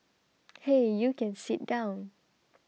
hey you can sit down